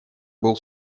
был